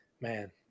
man